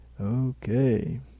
Okay